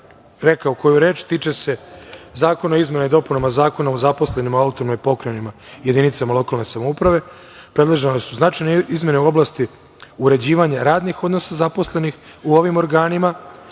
rekao koju reč, tiče se Zakona o izmenama i dopunama Zakona o zaposlenim u autonomnim pokrajinama, jedinicama lokalne samouprave. Predložene su značajne izmene u oblasti uređivanja radnih odnosa zaposlenih u ovim organima.